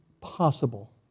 possible